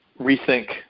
rethink